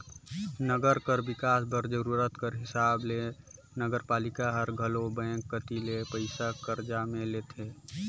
नंगर कर बिकास बर जरूरत कर हिसाब ले नगरपालिका हर घलो बेंक कती ले पइसा करजा में ले लेथे